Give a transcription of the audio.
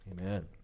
Amen